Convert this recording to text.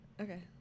Okay